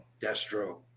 destro